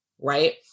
Right